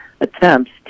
attempts